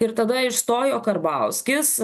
ir tada išstojo karbauskis